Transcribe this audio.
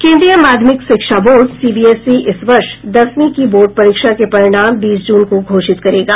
केंद्रीय माध्यमिक शिक्षा बोर्ड सीबीएसई इस वर्ष दसवीं की बोर्ड परीक्षा के परिणाम बीस जून को घोषित करेगा